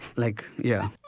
like, yeah.